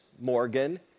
Morgan